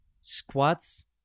squats